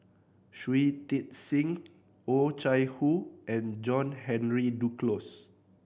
Shui Tit Sing Oh Chai Hoo and John Henry Duclos